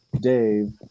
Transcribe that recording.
Dave